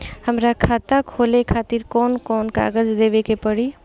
हमार खाता खोले खातिर कौन कौन कागज देवे के पड़ी?